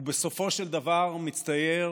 ובסופו של דבר מצטייר